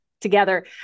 together